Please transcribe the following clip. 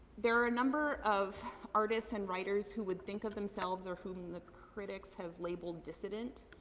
there are a number of artists and writers who would think of themselves, or whom the critics have labeled dissident.